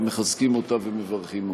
מחזקים אותה ומברכים אותה.